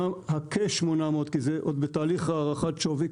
כ-800 כי זה כרגע עוד בתהליך הערכת שווי.